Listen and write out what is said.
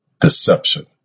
deception